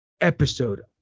Episode